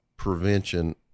Prevention